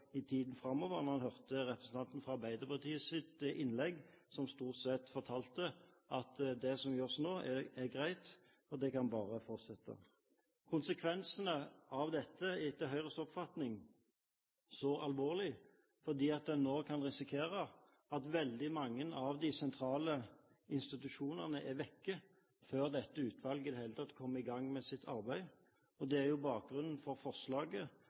i tiden framover, særlig når en hørte representanten fra Arbeiderpartiets innlegg, som stort sett fortalte at det som gjøres nå, er greit, og det kan bare fortsette. Konsekvensene av dette er etter Høyres oppfatning så alvorlig at en nå kan risikere at veldig mange av de sentrale institusjonene er borte før dette utvalget i det hele tatt kommer i gang med sitt arbeid. Det er bakgrunnen for forslaget